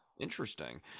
interesting